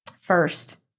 First